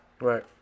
Right